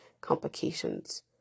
complications